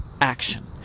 action